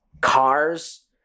cars